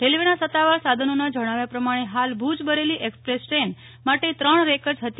રેલવેના સત્તાવાર સાધનોના જણાવ્યા પ્રમાણે હાલ ભુજ બરેલી એક્સપ્રેસ ટ્રેન માટે ત્રણ રેક જ હતી